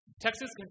Texas